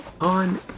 on